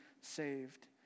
saved